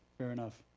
fair enough.